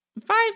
five